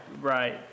Right